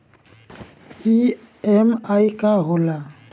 EMI का होला?